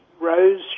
Rose